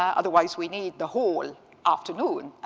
otherwise, we need the whole afternoon,